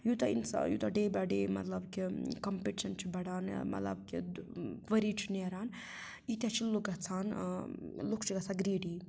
یوٗتاہ اِنسان یوٗتاہ ڈے بے ڈے مطلب کہِ کَمپِٹِشَن چھُ بَڑان یا مطلب کہِ ؤری چھُ نیران ییٖتیاہ چھِ لُکھ گژھان لُکھ چھِ گَژھان گرٛیٖڈی